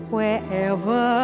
Wherever